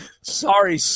Sorry